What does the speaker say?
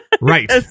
Right